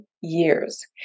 years